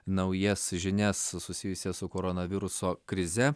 naujas žinias susijusias su koronaviruso krize